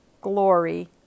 glory